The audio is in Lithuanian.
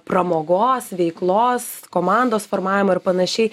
pramogos veiklos komandos formavimo ir panašiai